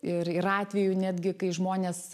ir yra atvejų netgi kai žmonės